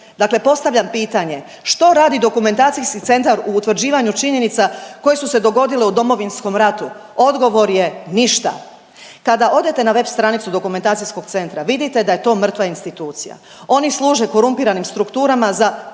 postavljam pitanje, što radi dokumentacijski centar u utvrđivanju činjenica koje su se dogodile u Domovinskom ratu, odgovor je ništa. Kada odete na web stranicu dokumentacijskog centra, vidite da je to mrtva institucija. Oni služe korumpiranim strukturama za